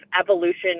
evolution